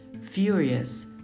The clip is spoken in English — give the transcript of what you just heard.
Furious